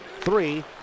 three